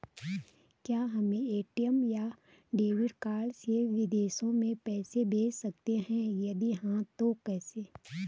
क्या हम ए.टी.एम या डेबिट कार्ड से विदेशों में पैसे भेज सकते हैं यदि हाँ तो कैसे?